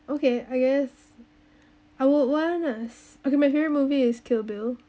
okay I guess I would okay my favorite movie is kill bill